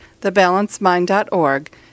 thebalancemind.org